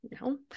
no